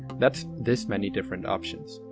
that's this many different options.